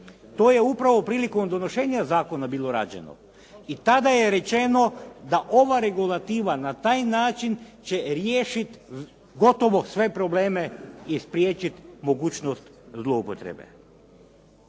To je upravo prilikom donošenja zakona bilo rađeno. I tada je rečeno da ova regulativa na taj način će riješiti gotovo sve probleme i spriječiti mogućnost zloupotrebe.